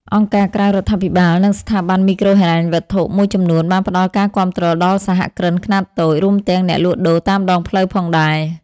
អង្គការក្រៅរដ្ឋាភិបាល និងស្ថាប័នមីក្រូហិរញ្ញវត្ថុមួយចំនួន បានផ្តល់ការគាំទ្រដល់សហគ្រិនខ្នាតតូច រួមទាំងអ្នកលក់ដូរតាមដងផ្លូវផងដែរ ។